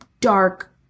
dark